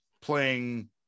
playing